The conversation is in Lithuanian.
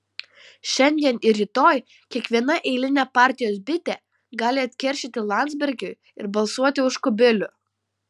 šiandien ir rytoj kiekviena eilinė partijos bitė gali atkeršyti landsbergiui ir balsuoti už kubilių